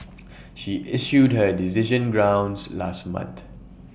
she issued her decision grounds last month